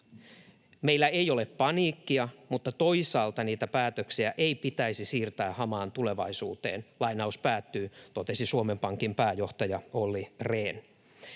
”Meillä ei ole paniikkia, mutta toisaalta niitä päätöksiä ei pitäisi siirtää hamaan tulevaisuuteen”, totesi Suomen Pankin pääjohtaja Olli Rehn.